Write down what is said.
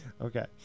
okay